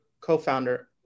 co-founder